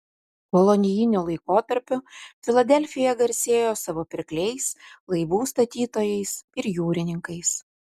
kolonijiniu laikotarpiu filadelfija garsėjo savo pirkliais laivų statytojais ir jūrininkais